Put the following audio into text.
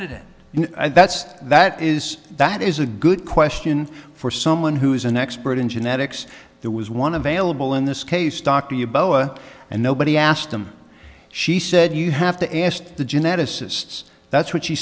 didn't that's that is that is a good question for someone who is an expert in genetics there was one available in this case dr you boa and nobody asked them she said you have to ask the geneticists that's what she